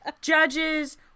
judges